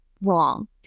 wrong